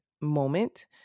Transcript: moment